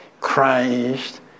Christ